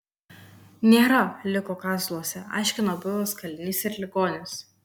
nėra liko kazluose aiškina buvęs kalinys ir ligonis